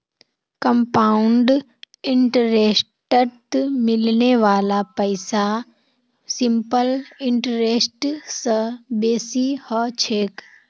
compound इंटरेस्टत मिलने वाला पैसा सिंपल इंटरेस्ट स बेसी ह छेक